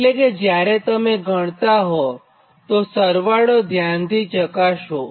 એટલે કે જ્યારે તમે ગણતાં હોવતો સરવાળો ધ્યાનથી ચકાસવું